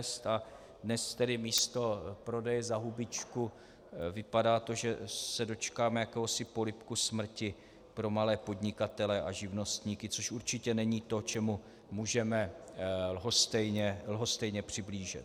A dnes tedy místo prodeje za hubičku to vypadá, že se dočkáme jakéhosi polibku smrti pro malé podnikatele a živnostníky, což určitě není to, čemu můžeme lhostejně přihlížet.